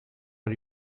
are